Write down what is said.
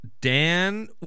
Dan